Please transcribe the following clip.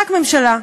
רק ממשלה.